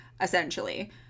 essentially